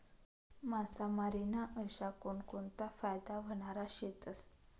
मासामारी ना अशा कोनकोनता फायदा व्हनारा शेतस?